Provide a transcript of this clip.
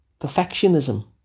perfectionism